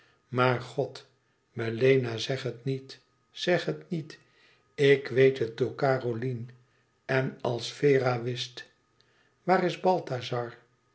maar god melena zeg het niet zeg het niet ik weet het door caroline en als vera wist waar is balthazar